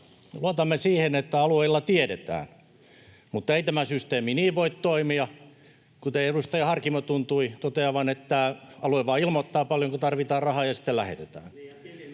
luotamme siihen, että alueilla tiedetään, mutta ei tämä systeemi niin voi toimia kuten edustaja Harkimo tuntui toteavan, että alue vain ilmoittaa, paljonko tarvitaan rahaa [Ben Zyskowicz: